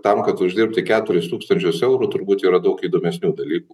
tam kad uždirbti keturis tūkstančius eurų turbūt yra daug įdomesnių dalykų